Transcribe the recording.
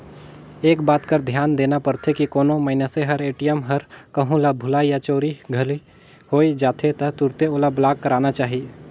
एक बात कर धियान देना परथे की कोनो मइनसे हर ए.टी.एम हर कहों ल भूलाए या चोरी घरी होए जाथे त तुरते ओला ब्लॉक कराना चाही